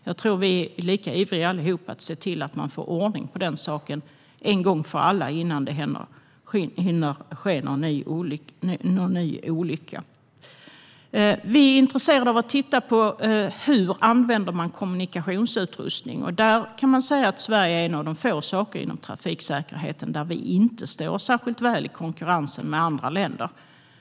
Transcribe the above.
Jag tror att vi allihop är lika ivriga att se till att man får ordning på den saken en gång för alla innan det hinner ske någon ny olycka. Vi är intresserade av att se på hur man använder kommunikationsutrustning. Man kan säga att detta är ett av få områden inom trafiksäkerheten där Sverige inte står sig särskilt väl i konkurrensen med andra länder.